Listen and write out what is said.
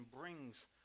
brings